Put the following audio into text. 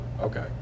Okay